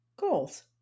goals